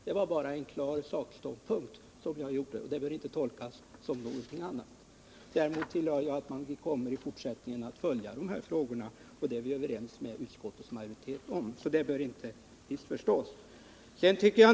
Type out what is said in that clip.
Det var bara en klar sakståndpunkt, och den bör inte tolkas som någonting annat. Däremot tillade jag att vi i fortsättningen kommer att följa de här frågorna. Detta är vi överens med utskottets majoritet om, så det behöver inte missförstås.